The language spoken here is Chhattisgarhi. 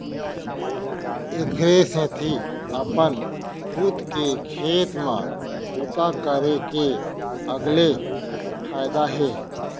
एखरे सेती अपन खुद के खेत म बूता करे के अलगे फायदा हे